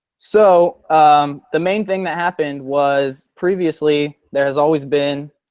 so um the main thing that happened was previously there has always been,